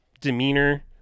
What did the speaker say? demeanor